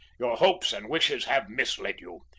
your hopes and wishes have misled you.